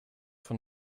von